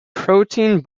protein